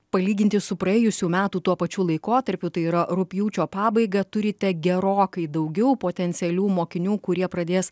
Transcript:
palyginti su praėjusių metų tuo pačiu laikotarpiu tai yra rugpjūčio pabaiga turite gerokai daugiau potencialių mokinių kurie pradės